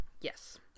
Yes